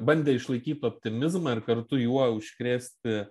bandė išlaikyt optimizmą ir kartu juo užkrėsti